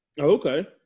Okay